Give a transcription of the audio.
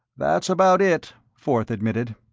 that's about it, forth admitted.